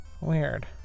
weird